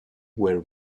were